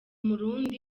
murundi